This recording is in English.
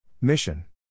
Mission